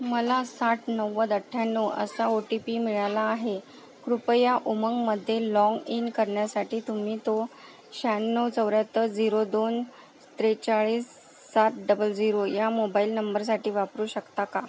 मला साठ नव्वद अठ्ठ्याण्णव असा ओ टी पी मिळाला आहे कृपया उमंगमध्ये लॉन्ग इन करण्यासाठी तुम्ही तो शहाण्णव चौऱ्याहत्तर जिरो दोन त्रेचाळीस सात डबल झिरो या मोबाईल नंबरासाठी वापरू शकता का